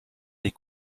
les